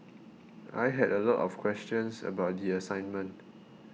I had a lot of questions about the assignment